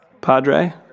Padre